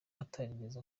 atarigeze